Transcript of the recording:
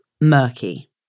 murky